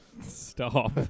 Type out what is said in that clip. Stop